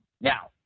Now